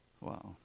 Wow